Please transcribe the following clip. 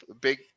big